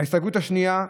ההסתייגות השנייה: